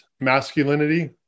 masculinity